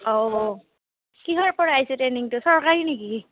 অঁ কিহৰ পৰা আহিছে ট্ৰেইনিংটো চৰকাৰী নেকি